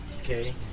Okay